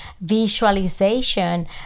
visualization